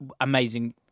amazing